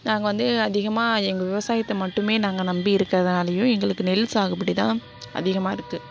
நாங்கள் வந்து அதிகமாக எங்கள் விவசாயத்தை மட்டுமே நாங்கள் நம்பி இருக்கிறதுனாலையும் எங்களுக்கு நெல் சாகுபடிதான் அதிகமாக இருக்குது